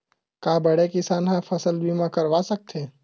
का बड़े किसान ह फसल बीमा करवा सकथे?